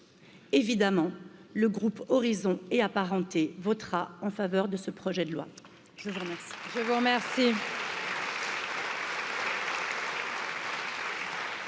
Évidemment, le groupe horizon et apparenté votera en faveur de ce projet de loi,